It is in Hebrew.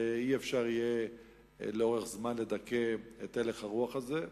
ואי-אפשר לאורך זמן לדכא את הלך הרוח הזה.